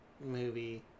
movie